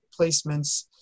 placements